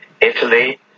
Italy